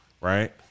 right